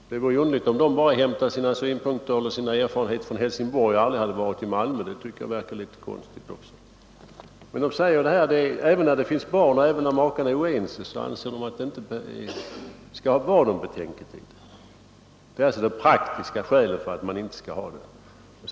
Det vore underligt om de bara hämtade sina synpunkter eller sina erfarenheter från Helsingborg och aldrig hade varit i Malmö. Vissa av dem anser att inte heller i sådana fall där det finns barn eller när makarna är oense skall det vara någon betänketid. Detta är alltså de praktiska skälen för att det inte skall vara någon betänketid.